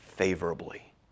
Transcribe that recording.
favorably